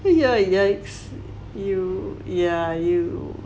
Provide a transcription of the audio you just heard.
yeah yeah you yeah you